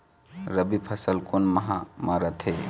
रबी फसल कोन माह म रथे?